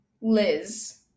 liz